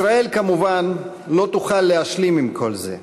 ישראל לא תוכל כמובן להשלים עם כל זה.